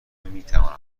میتوانم